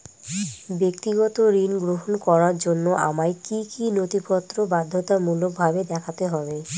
ব্যক্তিগত ঋণ গ্রহণ করার জন্য আমায় কি কী নথিপত্র বাধ্যতামূলকভাবে দেখাতে হবে?